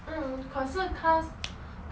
mm 可是 cars